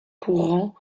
courant